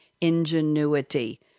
ingenuity